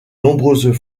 nombreuses